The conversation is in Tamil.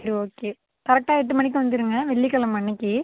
சரி ஓகே கரெக்ட்டாக எட்டு மணிக்கு வந்துடுங்க வெள்ளிக் கெழம அன்றைக்கி